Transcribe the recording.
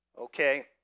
Okay